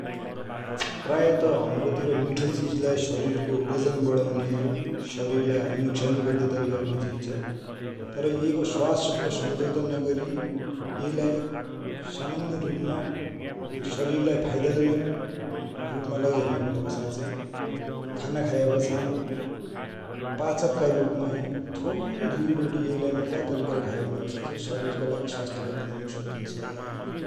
प्राय त हमरा तिर मिठो चिज लाइ सरिर को वजन बडउने, शरिर लाइ हानि नोक्सनि गर्ने रुप माइ बुझिन्छ्। तर यै को स्वाद सङ सम्झौता नगरि यै लाइ एक सामान्य रुप मा सरिर लाइ फाइदाजनक रुप मा लैझान्या हो, भनेपछा चाइ खाना खाया पछा पाचक का रुप माइ थोरै लीबटी यै लाइ मजा तरिका ले खायो भन्यापछा चाइ शरिरका लागि स्वास्थ्यकर बनौनु सकिन्छ ।